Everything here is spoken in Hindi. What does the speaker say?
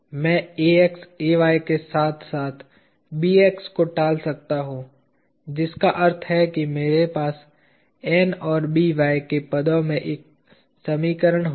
मैं Ax Ay के साथ साथ Bx को टाल सकता हूं जिसका अर्थ है कि मेरे पास N और By के पदों में एक समीकरण होगा